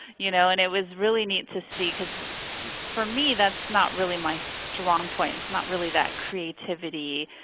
you know and it was really neat to see because for me that's not really my strong point, it's not really that creativity,